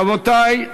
רבותי,